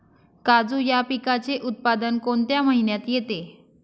काजू या पिकाचे उत्पादन कोणत्या महिन्यात येते?